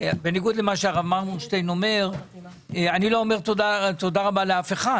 בניגוד למה שהרב מרמורשטיין אומר אני לא אומר תודה רבה לאף אחד.